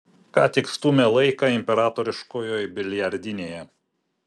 ką tik stūmė laiką imperatoriškojoj biliardinėje